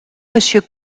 monsieur